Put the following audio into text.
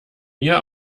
mir